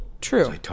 True